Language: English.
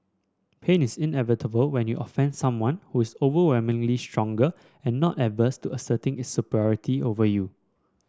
pain is inevitable when you offend someone who is overwhelmingly stronger and not averse to asserting its superiority over you